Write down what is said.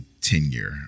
tenure